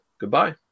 Goodbye